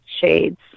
shades